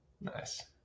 Nice